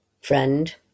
Friend